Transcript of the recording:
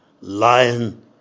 lion